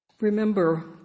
Remember